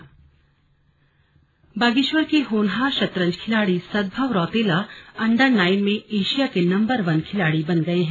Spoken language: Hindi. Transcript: स्लग सदभव रौतेला बागेश्वर के होनहार शतरंज खिलाड़ी सदभव रौतेला अंडर नाइन में एशिया के नंबर वन खिलाड़ी बन गए हैं